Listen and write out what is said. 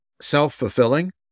self-fulfilling